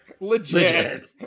legit